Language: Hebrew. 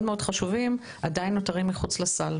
מאוד חשובים עדיין נותרים מחוץ לסל,